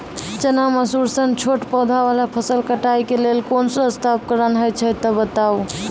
चना, मसूर सन छोट पौधा वाला फसल कटाई के लेल कूनू सस्ता उपकरण हे छै तऽ बताऊ?